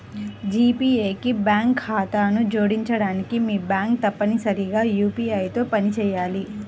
G pay కి bank ఖాతాను జోడించడానికి, మీ బ్యాంక్ తప్పనిసరిగా యూ.పీ.ఐ తో పనిచేయాలి